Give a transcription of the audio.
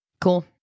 Cool